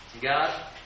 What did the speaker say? God